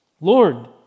Lord